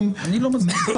אני כן מצדיקה את